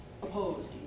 opposed